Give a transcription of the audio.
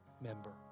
member